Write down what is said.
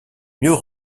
mieux